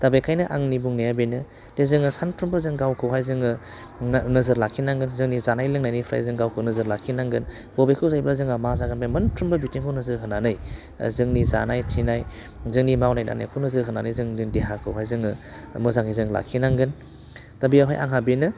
दे बेखायनो आंनि बुंनाया बेनो दे जोङो सानफ्रोमबो जों गावखौहाय जोङो नोजोर लाखिनांगोन जोंनि जानाय लोंनायनिफ्राय जों गावखौ नोजोर लाखिनांगोन बबेखौ जायोबा जोंहा मा जागोन बे मोनफ्रोमबो बिथिंखौ नोजोर होनानै जोंनि जानाय थिनाय जोंनि मावनाय दांनायखौ नोजोर होनानै जों जोंनि देहाखौहाय जोङो मोजाङै जों लाखिनांगोन दा बेवहाय आंहा बेनो